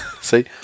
See